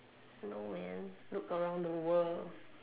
no man look around the world